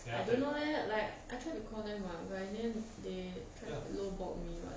I don't know leh like I tried to call them [what] but I think they tried to lowball me [what]